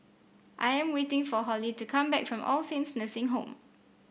I am waiting for Hollie to come back from All Saints Nursing Home